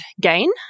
gain